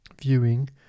viewing